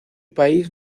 país